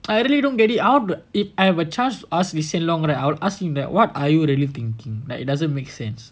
I really don't get it out if I have a chance to ask lee hsien loong right I'll ask him that what are you really thinking like it doesn't make sense